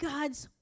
God's